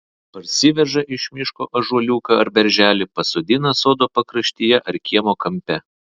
parsiveža iš miško ąžuoliuką ar berželį pasodina sodo pakraštyje ar kiemo kampe